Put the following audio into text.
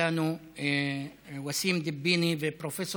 איתנו וסים דיביני ופרופ'